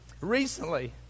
recently